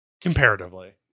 Comparatively